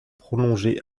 prolongé